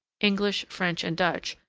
english, french, and dutch,